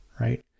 right